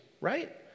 right